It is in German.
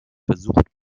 versucht